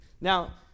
now